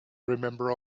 remember